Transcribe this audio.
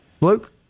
Luke